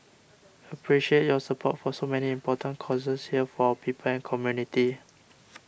appreciate your support for so many important causes here for people community